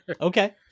Okay